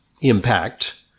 impact